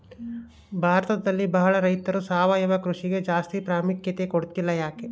ಭಾರತದಲ್ಲಿ ಬಹಳ ರೈತರು ಸಾವಯವ ಕೃಷಿಗೆ ಜಾಸ್ತಿ ಪ್ರಾಮುಖ್ಯತೆ ಕೊಡ್ತಿಲ್ಲ ಯಾಕೆ?